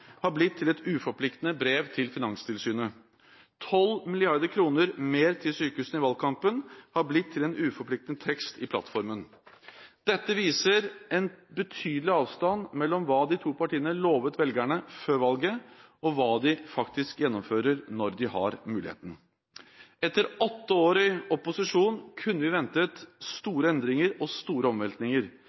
har blitt til et uforpliktende brev til Finanstilsynet. 12 mrd. kr mer til sykehusene i valgkampen har blitt til en uforpliktende tekst i plattformen. Dette viser en betydelig avstand mellom hva de to partiene lovet velgerne før valget, og hva de faktisk gjennomfører når de har muligheten. Etter åtte år i opposisjon kunne vi ha ventet store endringer og store omveltninger.